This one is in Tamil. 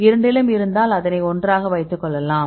இரண்டிலும் இருந்தால் அதனை ஒன்றாக வைத்துக் கொள்ளலாம்